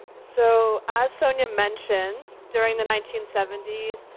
so as sonia mentioned, during the nineteen seventy s,